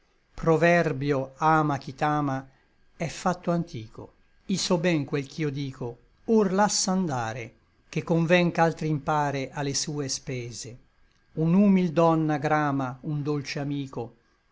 t'ama è fatto antico i so ben quel ch'io dico or lass'andare ché conven ch'altri impare a le sue spese un humil donna grama un dolce amico